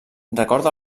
recorda